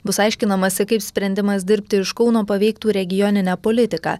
bus aiškinamasi kaip sprendimas dirbti iš kauno paveiktų regioninę politiką